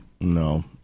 No